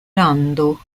lando